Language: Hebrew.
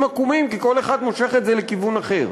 עקומים כי כל אחד מושך את זה לכיוון אחר.